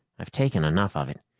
i've taken enough of it.